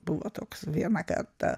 buvo toks vieną kartą